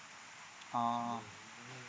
oh